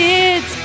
Kids